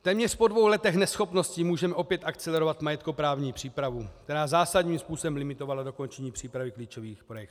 Téměř po dvou letech neschopnosti můžeme opět akcelerovat majetkoprávní přípravu, která zásadním způsobem limitovala dokončení přípravy klíčových projektů.